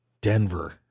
Denver